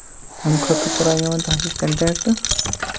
اَمہِ خٲطرٕ کریاو مےٚ تۄہہِ سۭتۍ کَنٹیکٹ